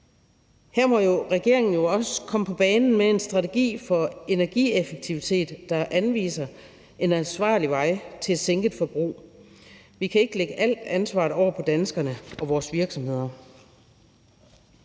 Her må regeringen jo også komme på banen med en strategi for energieffektivitet, der anviser en ansvarlig vej til at sænke forbruget. Vi kan ikke lægge alt ansvaret over på danskerne og på vores virksomheder.